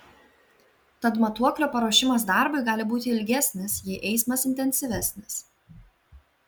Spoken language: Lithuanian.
tad matuoklio paruošimas darbui gali būti ilgesnis jei eismas intensyvesnis